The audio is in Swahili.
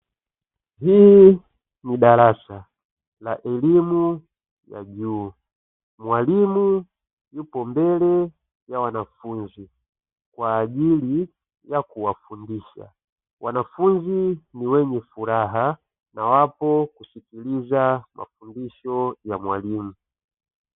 Hili ni darasa la elimu ya juu, mwalimu yupo mbele ya wanafunzi kwa ajili ya kuwafundisha, wanafunzi ni wenye furaha kwa ajili ya kuyasikiliza mafundisho ya mwalimu.